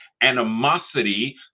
animosity